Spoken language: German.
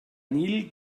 nil